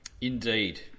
Indeed